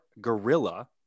gorilla